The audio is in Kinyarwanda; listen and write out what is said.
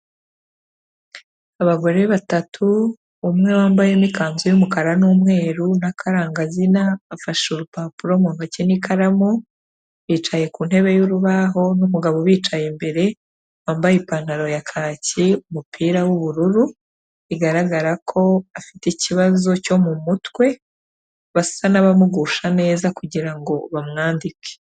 Abagore batatu, umwe bambayemo ikanzu y'umukara n'umweru n'akarangazina afashe urupapuro mu ntoki n'ikaramu, bicaye ku ntebe y'urubaho n'umugabo ubicaye imbere wambaye ipantaro ya kaki, umupira w'ubururu bigaragara ko afite ikibazo cyo mu mutwe basa n'abamugusha neza kugirango ngo bamwandike.